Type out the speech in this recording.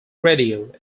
radio